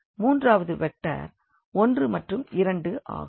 மூன்றாவது வெக்டர் 1 மற்றும் 2 ஆகும்